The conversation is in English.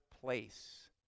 place